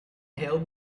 hill